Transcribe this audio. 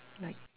like